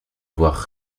voir